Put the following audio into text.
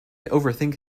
overthink